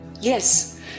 yes